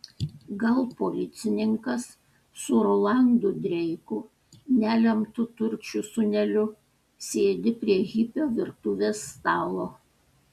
gal policininkas su rolandu dreiku nelemtu turčių sūneliu sėdi prie hipio virtuvės stalo